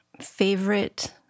Favorite